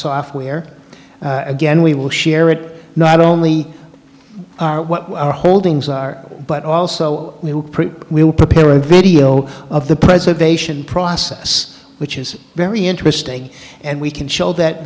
software again we will share it not only our what our holdings are but also we will prepare a video of the preservation process which is very interesting and we can show that